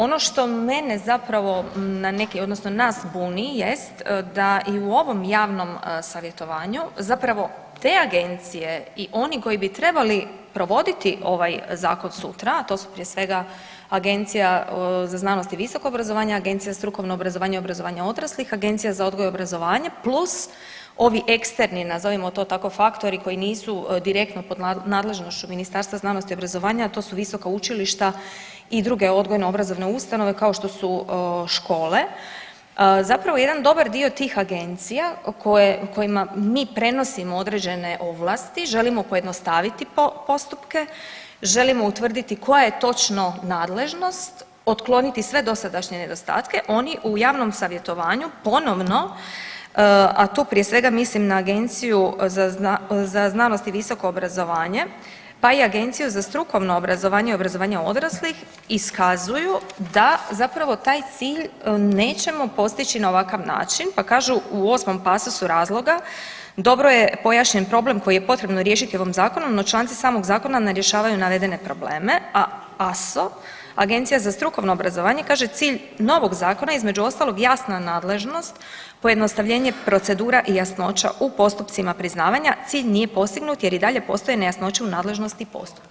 Ono što mene zapravo na neki odnosno nas buni jest da i u ovom javnom savjetovanju zapravo te agencije i oni koji bi trebali provoditi ovaj zakon sutra, a to su prije svega Agencija za znanost i visoko obrazovanje, Agencija za strukovno obrazovanje i obrazovanje odraslih, Agencija za odgoj i obrazovanje plus ovi eksterni, nazovimo to tako, faktori koji nisu direktno pod nadležnošću Ministarstva znanosti i obrazovanja, a to su visoka učilišta i druge odgojno obrazovne ustanove kao što su škole, zapravo jedan dobar dio tih agencija koje, kojima mi prenosimo određene ovlasti želimo pojednostaviti postupke, želimo utvrditi koja je točno nadležnost, otkloniti sve dosadašnje nedostatke, oni u javnom savjetovanju ponovno, a tu prije svega mislim na Agenciju za znanost i visoko obrazovanje, pa i Agenciju za strukovno obrazovanje i obrazovanje odraslih iskazuju da zapravo taj cilj nećemo postići na ovakav način, pa kažu u 8. pasusu razloga, dobro je pojašnjen problem koji je potrebno riješiti ovim zakonom, no članci samog zakona ne rješavaju navedene probleme, a ASO, Agencija za strukovno obrazovanje kaže cilj novog zakona između ostalog jasna nadležnost, pojednostavljenje procedura i jasnoća u postupcima priznavanja cilj nije postignut jer i dalje postoje nejasnoće u nadležnosti postupka.